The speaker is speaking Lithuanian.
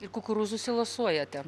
ir kukurūzų silosuojate